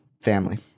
family